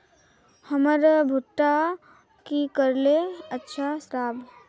हमर भुट्टा की करले अच्छा राब?